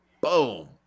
boom